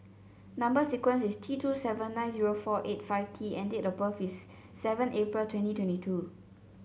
number sequence is T two seven nine zero four eight five T and date of birth is seven April twenty twenty two